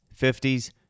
50s